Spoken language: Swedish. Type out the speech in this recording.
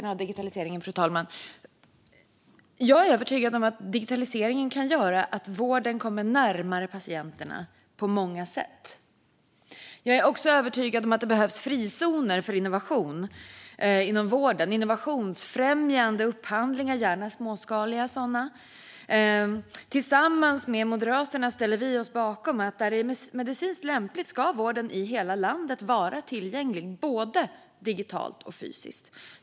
Fru talman! Jag är övertygad om att digitaliseringen kan göra att vården kommer närmare patienterna på många sätt. Jag är också övertygad om att det behövs frizoner för innovation inom vården samt innovationsfrämjande upphandlingar, gärna småskaliga sådana. Tillsammans med Moderaterna ställer vi oss bakom att vården där det är medicinskt lämpligt ska vara tillgänglig både digitalt och fysiskt i hela landet.